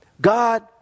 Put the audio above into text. God